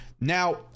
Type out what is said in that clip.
now